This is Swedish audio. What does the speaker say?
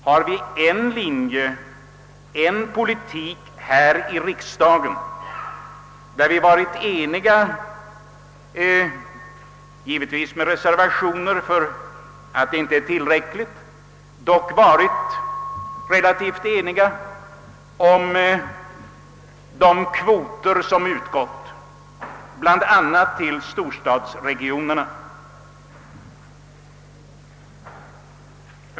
Har vi en linje, en politik här i riks dagen, där vi varit eniga — givetvis med reservationer för att åtgärderna inte varit tillräckliga — om de kvoter som utgått bl.a. till storstadsregionerna?